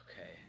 okay